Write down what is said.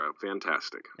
fantastic